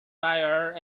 fire